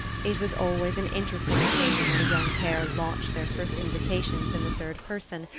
it was always an interesting occasion when a young pair launched their first invitations in the third person,